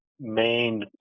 main